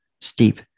steep